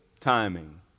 timing